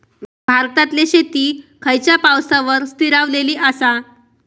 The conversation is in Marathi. भारतातले शेती खयच्या पावसावर स्थिरावलेली आसा?